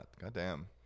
goddamn